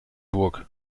burg